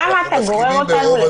למה אתה גורר אותנו לחוסר הסכמה?